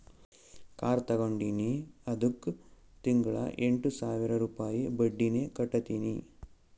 car ತಗೊಂಡಿನಿ ಅದ್ದುಕ್ ತಿಂಗಳಾ ಎಂಟ್ ಸಾವಿರ ರುಪಾಯಿ ಬಡ್ಡಿನೆ ಕಟ್ಟತಿನಿ